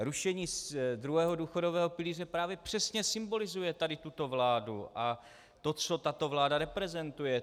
Rušení druhého důchodového pilíře právě přesně symbolizuje tuto vládu a to, co tato vláda reprezentuje.